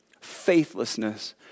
faithlessness